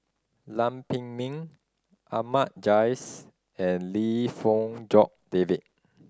Lam Pin Min Ahmad Jais and Lim Fong Jock David